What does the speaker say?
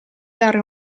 dare